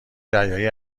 دریایی